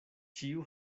ĉiu